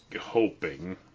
hoping